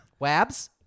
Wabs